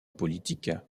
politique